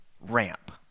ramp